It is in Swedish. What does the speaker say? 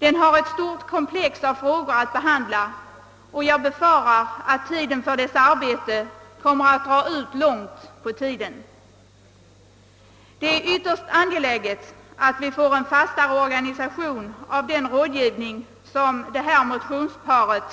Den har ett stort komplex av frågor att behandla, och jag befarar att dess arbete kommer att ta avsevärd tid i anspråk. Det är ytterst angeläget att vi får en fastare organisation av den rådgivning som avses i det här motionsparet,